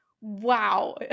wow